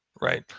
right